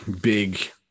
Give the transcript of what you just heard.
big